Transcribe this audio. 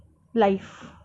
life